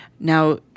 Now